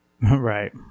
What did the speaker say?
Right